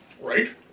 Right